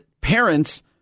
parents